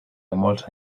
molts